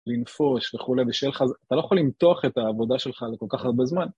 לנפוש וכולי, ושיהיה לך, אתה לא יכול למתוח את העבודה שלך לכל כך הרבה זמן.